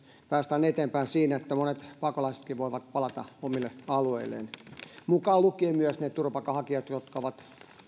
päästään eteenpäin siinä että monet pakolaisetkin voivat palata omille alueilleen mukaan lukien myös ne turvapaikanhakijat jotka ovat